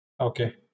Okay